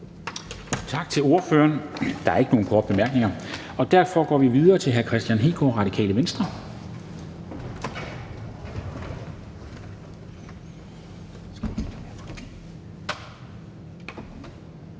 Tak til ordføreren. Der er ikke nogen korte bemærkninger, og derfor går vi videre til hr. Kristian Hegaard, Radikale Venstre.